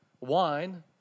Wine